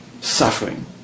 suffering